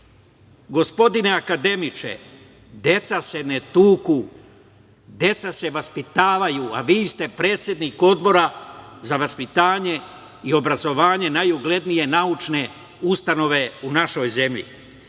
vreme".Gospodine akademiče, deca se ne tuku, deca se vaspitavaju. Vi ste predsednik Odbora za vaspitanje i obrazovanje najuglednije naučne ustanove u našoj zemlji.